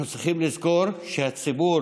אנחנו צריכים לזכור שהציבור